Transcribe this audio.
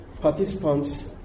participants